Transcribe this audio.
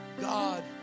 God